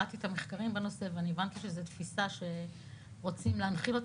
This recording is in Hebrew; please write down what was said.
קראתי את המחקרים בנושא והבנתי שזאת תפיסה שרוצים להנחיל,